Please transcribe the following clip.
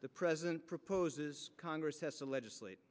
the president proposes congress has to legislate